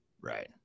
right